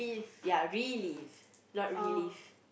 yea relive not relieve